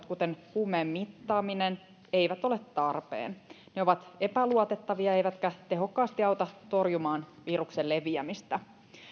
kuten kuumeen mittaaminen eivät ole tarpeen ne ovat epäluotettavia eivätkä tehokkaasti auta torjumaan viruksen leviämistä